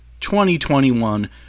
2021